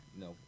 No